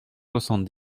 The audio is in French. soixante